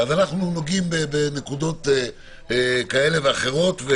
אנחנו נוגעים בנקודות כאלה ואחרות.